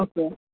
okay